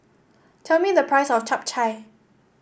tell me the price of Chap Chai